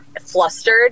flustered